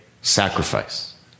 sacrifice